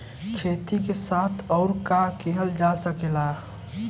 खेती के साथ अउर का कइल जा सकेला?